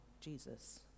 Jesus